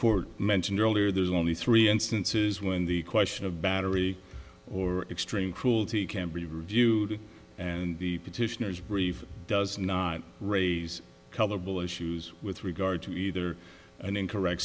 court mentioned earlier there's only three instances when the question of battery or extreme cruelty can be reviewed and the petitioners brief does not raise colorable issues with regard to either an incorrect